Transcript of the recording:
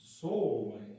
soul